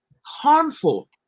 Harmful